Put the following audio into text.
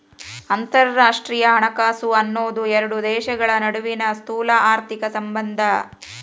ಅಂತರರಾಷ್ಟ್ರೇಯ ಹಣಕಾಸು ಅನ್ನೋದ್ ಎರಡು ದೇಶಗಳ ನಡುವಿನ್ ಸ್ಥೂಲಆರ್ಥಿಕ ಸಂಬಂಧ